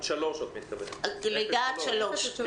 את מתכוונת לגילאי לידה עד שלוש.